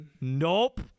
Nope